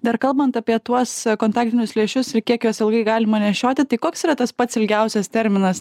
dar kalbant apie tuos kontaktinius lęšius ir kiek juos ilgai galima nešioti tai koks yra tas pats ilgiausias terminas